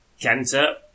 Kenta